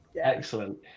Excellent